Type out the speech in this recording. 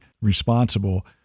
responsible